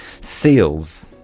SEALs